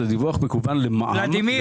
זה דיווח מקוון למע"מ,